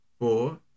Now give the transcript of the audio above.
Four